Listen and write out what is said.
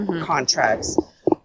contracts